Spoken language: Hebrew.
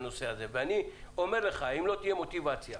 תהיה מוטיבציה